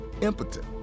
impotent